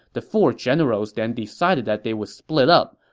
the four generals then decided that they would split up.